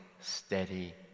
steady